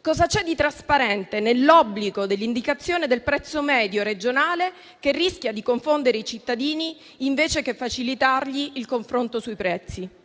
Cosa c'è di trasparente nell'obbligo di indicazione del prezzo medio regionale, misura che rischia di confondere i cittadini invece che facilitare il confronto sui prezzi?